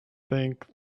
think